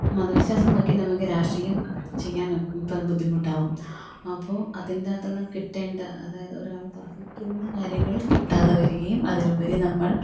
മതവിശ്വാസം നോക്കി നമുക്ക് രാഷ്ട്രീയം ചെയ്യാൻ ഇപ്പം ബുദ്ധിമുട്ടാകും അപ്പോൾ അതിൻറ്റകത്തു നിന്നു കിട്ടേണ്ട അതായത് ഒരാൾ അർഹിക്കുന്ന കാര്യങ്ങൾ കിട്ടാതെ വരികയും അതിനുപരി നമ്മൾ